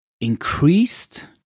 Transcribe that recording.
increased